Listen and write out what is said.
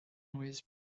with